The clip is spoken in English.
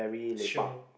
xiong